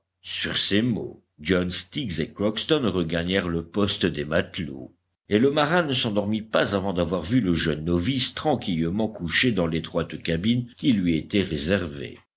sur ces mots john stiggs et crockston regagnèrent le poste des matelots et le marin ne s'endormit pas avant d'avoir vu le jeune novice tranquillement couché dans l'étroite cabine qui lui était réservée